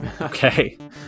Okay